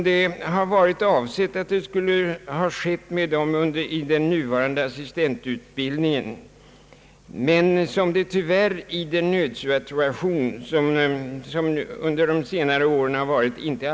Detta var ju avsikten att så skulle ske vid den nuvarande assistentutbildningen, men det har tyvärr i den nödsituation som rått de senaste åren inte kunnat genomföras.